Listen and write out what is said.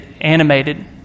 animated